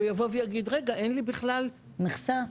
הוא יבוא ויגיד רגע, אין לי בכלל מכסה.